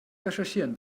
recherchieren